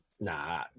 Nah